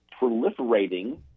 proliferating